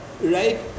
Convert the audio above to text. right